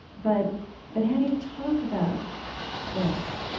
but but how do you talk about this?